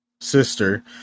sister